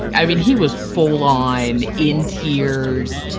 i mean he was full lined in tears.